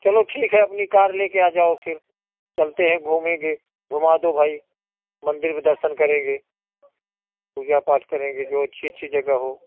चलो ठीक है अपनी कार लेके आ जाओ फिर चलते हैं घूमेंगे घूमा दो भाई मंदिर में दर्शन करेंगे पूजा पाठ करेंगे जो अच्छी अच्छी जगह हो